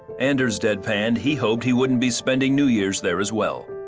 anders deadpanned, he hoped he wouldn't be spending new years there as well.